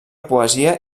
poesia